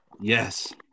Yes